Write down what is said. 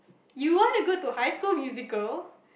you wanna go to high school musical